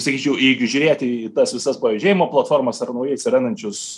sakyčiau jeigu žiūrėti į tas visas pavėžėjimo platformas ar naujai atsirandančius